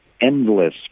endless